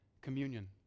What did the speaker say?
communion